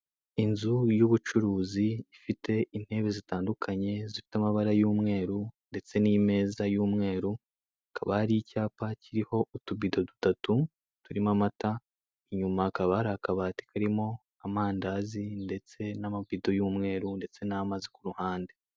Inzu y'ubucuruzi ifite intebe zitandukanye zifite amabara y'umweru, ndetse n'imeza y'umweru, hakaba hari icyapa kiriho utubido dutatu, turimo amata, inyuma hakaba hari akabati karimo amandazi, ndetse n'amabido y'umweru, ndetse n'amazi ku ruhande.